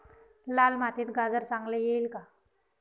लाल मातीत गाजर चांगले येईल का?